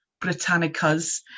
Britannicas